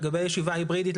לגבי ישיבה היברידית,